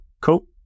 cool